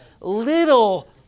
little